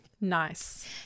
Nice